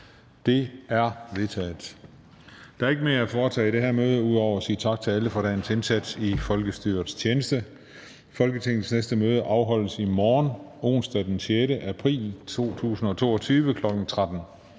Juhl): Der er ikke mere at foretage i det her møde ud over at sige tak til alle for dagens indsats i folkestyrets tjeneste. Folketingets næste møde afholdes i morgen, onsdag den 6. april 2022, kl. 13.00.